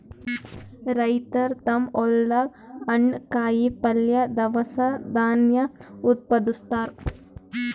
ರೈತರ್ ತಮ್ಮ್ ಹೊಲ್ದಾಗ ಹಣ್ಣ್, ಕಾಯಿಪಲ್ಯ, ದವಸ ಧಾನ್ಯ ಉತ್ಪಾದಸ್ತಾರ್